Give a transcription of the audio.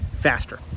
faster